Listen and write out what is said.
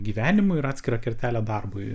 gyvenimui ir atskirą kertelę darbui